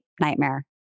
nightmare